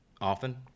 often